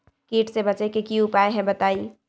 कीट से बचे के की उपाय हैं बताई?